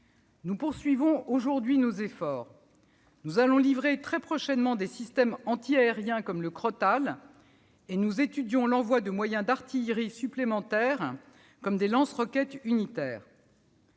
Nous poursuivons aujourd'hui nos efforts. Nous allons livrer très prochainement des systèmes antiaériens comme le Crotale, et nous étudions l'envoi de moyens d'artilleries supplémentaires comme des lance-roquettes unitaires.